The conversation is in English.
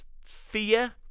fear